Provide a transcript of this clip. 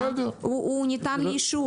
הוא ניתן לאישור.